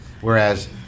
Whereas